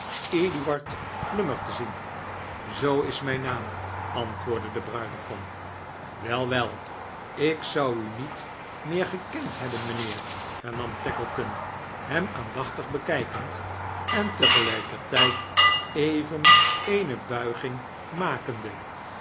eduard plummer te ziem zoo is mijn naam anitwoordde de bruidegom wel wel ik zou u niet meer gekend hebben mijnheer hernam tackleton hem aandachtdg bekijkend en te gelijkertijd even eene buiging makende